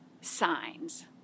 signs